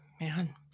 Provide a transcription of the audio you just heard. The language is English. man